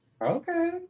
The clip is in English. Okay